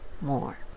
more